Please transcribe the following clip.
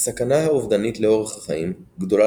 הסכנה האובדנית לאורך החיים גדולה